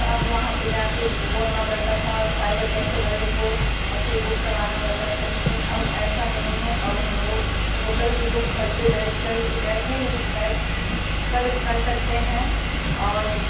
वहाँ पे जाकर बोलना पड़ता था साइबर कैफे वाले को और फिर बुक करवाना पड़ता था लेकिन अब ऐसा नहीं है अब हम लोग होटल भी वह घर पे बैठकर बैठे ही बैठ कर सकते हैं और